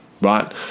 right